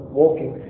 walking